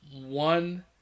one